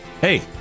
Hey